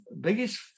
Biggest